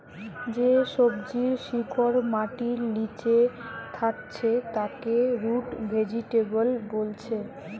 যে সবজির শিকড় মাটির লিচে থাকছে তাকে রুট ভেজিটেবল বোলছে